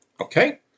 Okay